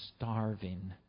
starving